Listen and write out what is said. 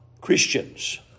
Christians